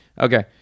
Okay